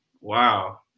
Wow